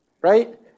right